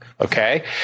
Okay